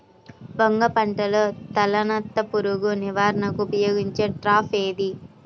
వంగ పంటలో తలనత్త పురుగు నివారణకు ఉపయోగించే ట్రాప్ ఏది?